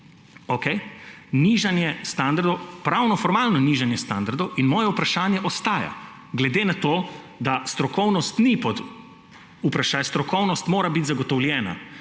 pravnoformalno nižanje standardov. In moje vprašanje ostaja, glede na to, da strokovnost ni vprašaj, strokovnost mora biti zagotovljena.